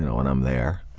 when i'm there.